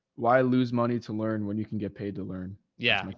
why lose money to learn when you can get paid to learn? yeah.